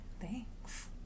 Thanks